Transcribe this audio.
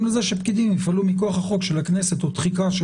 לכך שפקידים יפעלו מכוח החוק של הכנסת או תחיקה,